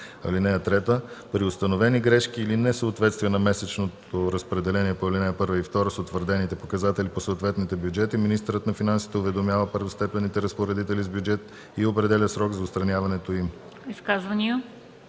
ал. 1. (3) При установени грешки или несъответствия на месечното разпределение по ал. 1 и 2 с утвърдените показатели по съответните бюджети министърът на финансите уведомява първостепенните разпоредители с бюджет и определя срок за отстраняването им.”